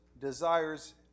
desires